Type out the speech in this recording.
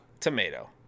Tomato